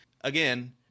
again